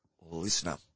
listener